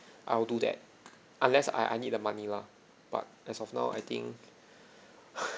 I'll do that unless I I need the money lah but as of now I think